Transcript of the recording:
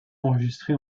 enregistré